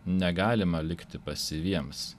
negalima likti pasyviems